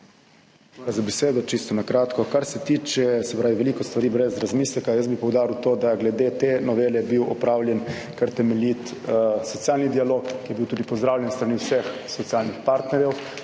za besedo. Čisto na kratko. Kar se tiče, se pravi, veliko stvari brez razmisleka, jaz bi poudaril to, da glede te novele je bil opravljen kar temeljit socialni dialog, ki je bil tudi pozdravljen s strani vseh socialnih partnerjev.